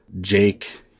Jake